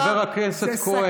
חבר הכנסת כהן,